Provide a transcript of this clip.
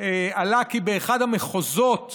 עלה כי באחד המחוזות